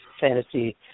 fantasy